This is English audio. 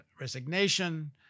resignation